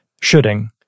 shooting